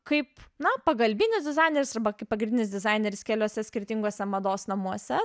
kaip na pagalbinis dizaineris arba kaip pagrindinis dizaineris keliose skirtinguose mados namuose